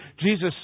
Jesus